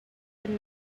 had